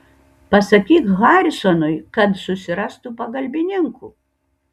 pasakyk harisonui kad susirastų pagalbininkų